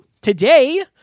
Today